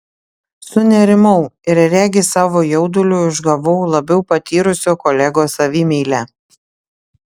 sunerimau ir regis savo jauduliu užgavau labiau patyrusio kolegos savimeilę